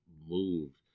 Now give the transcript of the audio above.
moved